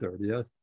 30th